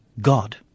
God